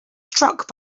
struck